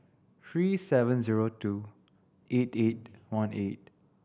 three seven zero two eight eight one eight